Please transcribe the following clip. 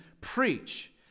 preach